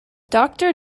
doctor